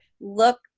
look